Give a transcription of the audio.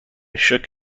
shook